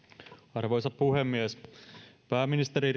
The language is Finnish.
arvoisa puhemies pääministeri